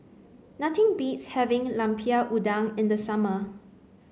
nothing beats having lemper udang in the summer